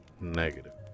negative